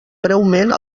breument